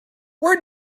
where